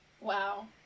wow